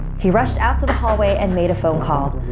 he rushed out to the hallway and made a phone call.